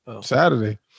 Saturday